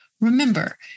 Remember